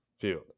field